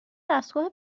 دستگاه